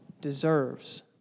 deserves